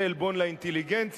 זה עלבון לאינטליגנציה.